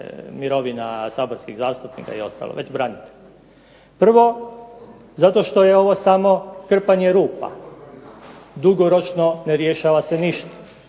mirovina saborskih zastupnika i ostalo, već branitelja. Prvo, zato što je ovo samo krpanje rupa. Dugoročno ne rješava se ništa.